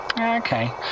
Okay